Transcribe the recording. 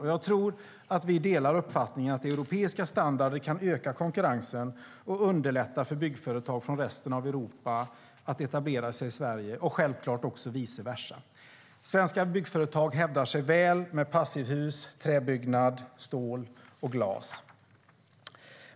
Och jag tror att vi delar uppfattningen att europeiska standarder kan öka konkurrensen och underlätta för byggföretag från resten av Europa att etablera sig i Sverige och, självklart, vice versa. Svenska byggföretag hävdar sig väl med passivhus, träbyggnad, stål och glas.